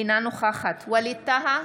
אינה נוכחת ווליד טאהא,